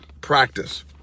practice